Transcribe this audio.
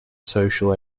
social